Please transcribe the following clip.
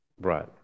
Right